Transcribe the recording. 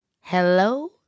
hello